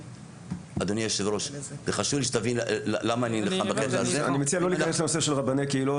אני מציע לא להיכנס לנושא של רבני קהילות.